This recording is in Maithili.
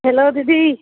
हेलो दीदी